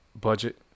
budget